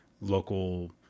local